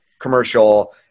commercial